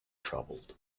troubled